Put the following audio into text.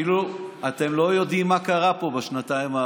כאילו אתם לא יודעים מה קרה פה בשנתיים האחרונות.